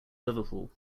liverpool